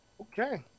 Okay